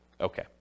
Okay